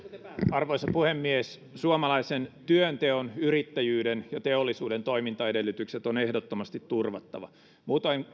arvoisa puhemies suomalaisen työnteon yrittäjyyden ja teollisuuden toimintaedellytykset on ehdottomasti turvattava muutoin